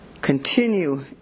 continue